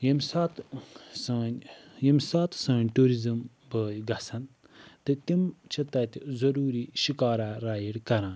ییٚمہِ ساتہٕ سٲنۍ ییٚمہِ ساتہٕ سٲنۍ ٹیٛوٗرٕزم بھٲے گَژھَن تہٕ تِم چھِ تَتہِ ضروٗری شِکارا رایڈ کَران